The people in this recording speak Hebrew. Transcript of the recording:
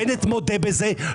בנט מודה בזה,